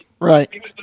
Right